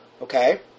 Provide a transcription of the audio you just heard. Okay